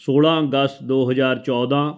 ਸੋਲ੍ਹਾਂ ਅਗਸਤ ਦੋ ਹਜ਼ਾਰ ਚੌਦ੍ਹਾਂ